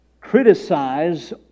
criticize